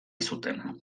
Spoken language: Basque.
zuten